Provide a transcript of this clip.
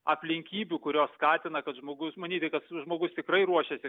aplinkybių kurios skatina kad žmogus manyti kad žmogus tikrai ruošiasi